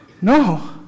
No